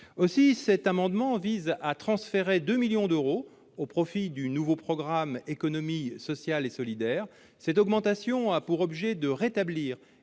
Cet amendement vise à transférer 2 millions d'euros au profit du nouveau programme « Économie sociale et solidaire ». Cette augmentation a pour objet de rétablir